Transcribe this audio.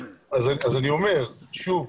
אני אומר שוב.